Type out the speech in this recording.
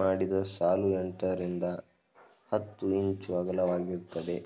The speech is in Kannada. ಮಾಡಿದ ಸಾಲು ಎಂಟರಿಂದ ಹತ್ತು ಇಂಚು ಅಗಲವಾಗಿರ್ತದೆ